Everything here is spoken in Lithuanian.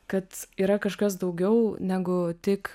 kad yra kažkas daugiau negu tik